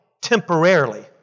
temporarily